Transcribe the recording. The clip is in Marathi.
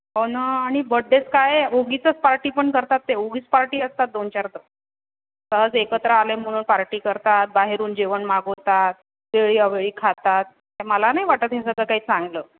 हो ना आणि बड्डेच काय उगीचच पार्टी पण करतात ते उगीच पार्टी असतात दोन चार तर सहज एकत्र आले म्हणून पार्टी करतात बाहेरून जेवण मागवतात वेळी अवेळी खातात मला नाही वाटत हे सगळं काही चांगलं